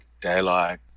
daylight